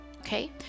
Okay